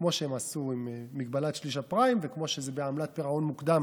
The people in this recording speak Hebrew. כמו שהם עשו עם מגבלת שליש הפריים וכמו שזה בעמלת פירעון מוקדם,